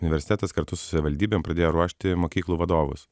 universitetas kartu su savivaldybėm pradėjo ruošti mokyklų vadovus